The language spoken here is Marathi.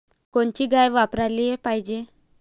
कोनची गाय वापराली पाहिजे?